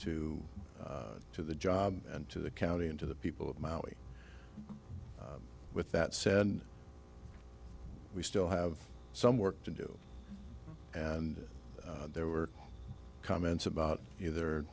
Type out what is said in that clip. to to the job and to the county and to the people of maui with that said we still have some work to do and there were comments about either